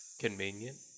Convenient